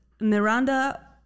miranda